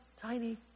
tiny